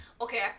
Okay